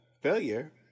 failure